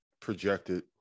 projected